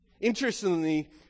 Interestingly